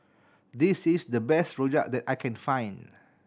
this is the best rojak that I can find